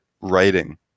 writing